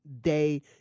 Day